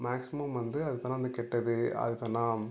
maximum வந்து அதுக்கெல்லாம் வந்து கெட்டது அதுக்கெல்லாம்